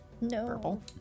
No